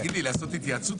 תגיד לי, לעשות התייעצות?